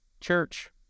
church